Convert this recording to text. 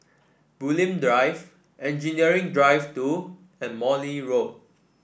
Bulim Drive Engineering Drive Two and Morley Road